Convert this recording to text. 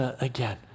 again